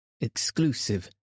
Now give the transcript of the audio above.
Exclusive